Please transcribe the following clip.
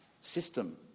system